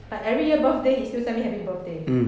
like every year birthday he still send me happy birthday